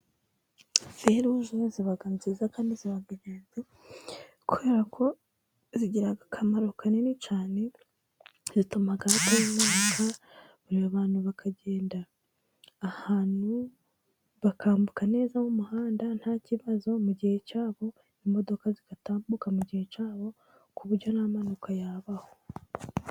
Feruje ziba nziza kandi ziba ingenzi, kubera ko zigira akamaro kanini cyane, zituma hataba impanuka buri bantu bakagenda ahantu bakambuka neza, mu muhanda nta kibazo igihe cyabo, imodoka zigatambuka mu gihe cyazo, ku buryo nta mpanuka yabaho.